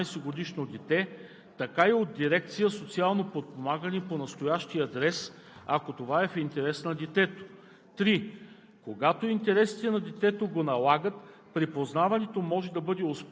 2. припознаването може да бъде оспорено освен от родител или 14-годишно дете, така и от Дирекция „Социално подпомагане“ по настоящ адрес, ако това е в интерес на детето;